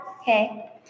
okay